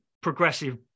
progressive